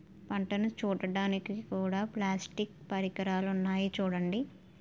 పంటను చుట్టడానికి కూడా ప్లాస్టిక్ పరికరాలున్నాయి చూడండి